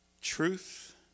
truth